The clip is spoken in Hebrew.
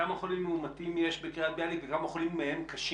כמה חולים מאומתים יש בקריית ביאליק ומהם כמה חולים קשים?